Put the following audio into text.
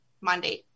Monday